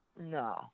No